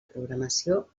programació